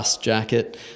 jacket